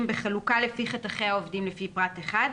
בחלוקה לפי חתכי העובדים לפי פרט (1),